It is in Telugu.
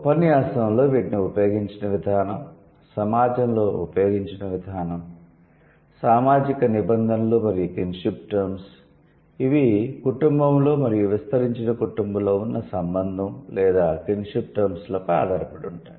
ఉపన్యాసంలో వీటిని ఉపయోగించిన విధానం సమాజంలో ఉపయోగించిన విధానం సామాజిక నిబంధనలు మరియు కిన్షిప్ టర్మ్స్ ఇవి కుటుంబంలో మరియు విస్తరించిన కుటుంబంలో ఉన్న సంబంధం లేదా కిన్షిప్ టర్మ్స్ లపై ఆధారపడి ఉంటాయి